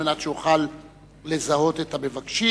על מנת שאוכל לזהות את המבקשים.